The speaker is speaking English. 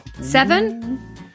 Seven